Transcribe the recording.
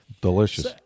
Delicious